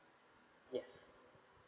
yes